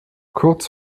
kurz